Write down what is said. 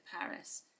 Paris